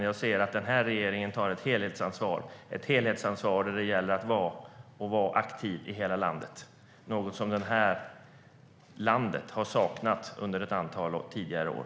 Jag ser att denna regering tar ett helhetsansvar när det gäller att vara aktiv i hela landet. Det är något som det här landet tidigare har saknat under ett antal år.